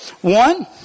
One